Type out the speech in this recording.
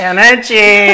Energy